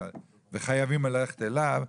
וחייבים ללכת אליו,